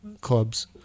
clubs